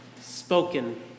spoken